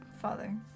Father